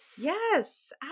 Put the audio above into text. Yes